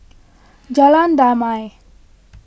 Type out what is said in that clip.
Jalan Damai